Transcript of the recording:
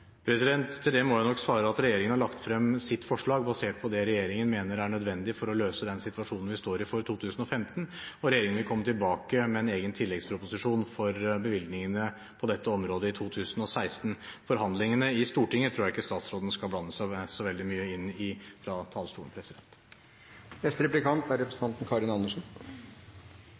Til det må jeg nok svare at regjeringen har lagt frem sitt forslag basert på det regjeringen mener er nødvendig for å løse den situasjonen vi står i for 2015. Regjeringen vil komme tilbake med en egen tilleggsproposisjon for bevilgningene på dette området i 2016. Forhandlingene i Stortinget tror jeg ikke statsråden skal blande seg så veldig mye inn i fra talerstolen.